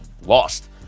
lost